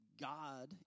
God